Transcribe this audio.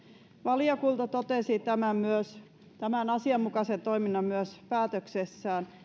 valiokunta totesi tämän asianmukaisen toiminnan myös päätöksessään